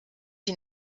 die